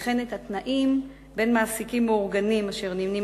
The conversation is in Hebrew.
וכן את התנאים של מעסיקים מאורגנים אשר נמנים